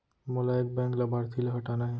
मोला एक बैंक लाभार्थी ल हटाना हे?